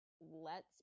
lets